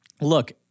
Look